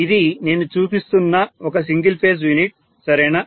ఇది నేను చూపిస్తున్న ఒక సింగిల్ ఫేజ్ యూనిట్ సరేనా